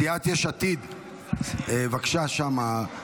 סיעת יש עתיד, בבקשה שם.